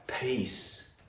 peace